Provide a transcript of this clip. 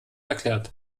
erklärt